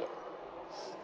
yet